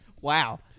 Wow